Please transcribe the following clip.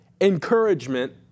encouragement